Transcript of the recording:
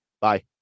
Bye